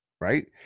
right